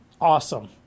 awesome